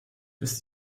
ist